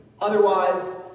otherwise